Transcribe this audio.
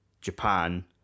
Japan